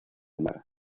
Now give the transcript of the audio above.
mar